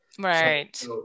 Right